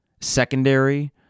secondary